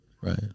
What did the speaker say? Right